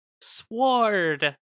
Sword